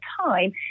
time